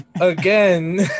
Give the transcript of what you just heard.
again